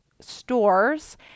stores